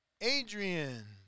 Adrian